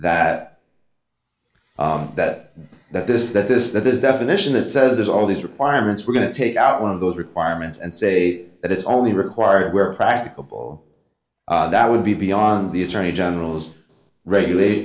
that that that this that this that this definition that says there's all these requirements we're going to take out one of those requirements and say that it's only required where practicable that would be beyond the attorney general's regula